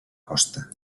costa